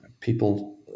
People